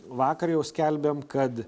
vakar jau skelbėm kad